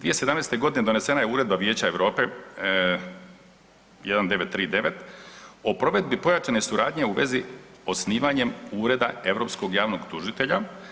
2017. g. donesena je Uredba Vijeća Europe, 1939 o provedbi pojačane suradnje u vezi s osnivanjem Ureda Europskog javnog tužitelja.